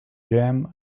jam